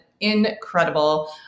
incredible